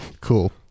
Cool